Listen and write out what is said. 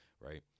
right